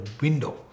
window